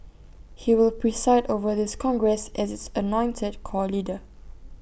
he will preside over this congress as its anointed core leader